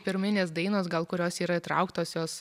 pirminės dainos gal kurios yra įtrauktos jos